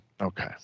Okay